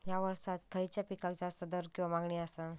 हया वर्सात खइच्या पिकाक जास्त दर किंवा मागणी आसा?